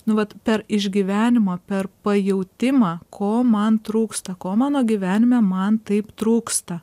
nu vat per išgyvenimą per pajautimą ko man trūksta ko mano gyvenime man taip trūksta